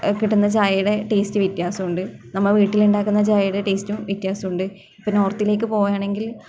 കിട്ടുന്ന ചായെടെ ടെസ്റ്റ് വ്യത്യാസമുണ്ട് നമ്മൾ വീട്ടിലുണ്ടാക്കുന്ന ചായെടെ ടെസ്റ്റും വ്യത്യാസമുണ്ട് ഇപ്പം നോര്ത്തിലേക്ക് പോകുകയാണെങ്കിൽ